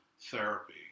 Therapy